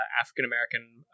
African-American